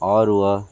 और वह